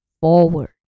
forward